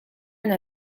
una